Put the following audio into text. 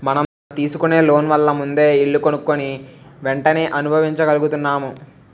మనం తీసుకునే లోన్ వల్ల ముందే ఇల్లు కొనుక్కుని వెంటనే అనుభవించగలుగుతున్నాం